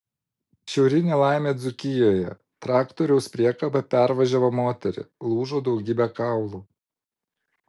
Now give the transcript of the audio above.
žiauri nelaimė dzūkijoje traktoriaus priekaba pervažiavo moterį lūžo daugybė kaulų